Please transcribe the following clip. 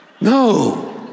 No